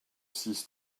six